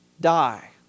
die